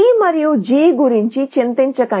కాబట్టి C మరియు G గురించి చింతించకండి